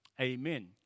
Amen